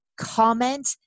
comment